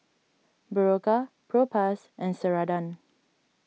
Berocca Propass and Ceradan